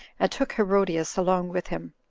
and took herodias along with him.